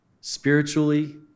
spiritually